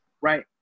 Right